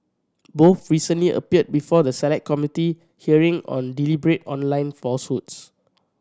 both recently appeared before the Select Committee hearing on deliberate online falsehoods